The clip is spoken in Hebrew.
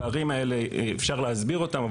הפערים האלה אפשר להסביר אותם,